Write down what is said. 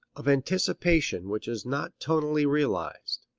of anticipation which is not tonally realized,